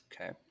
okay